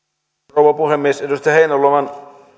rouva puhemies edustaja heinäluoman